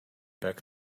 back